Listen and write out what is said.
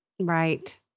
Right